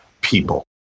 people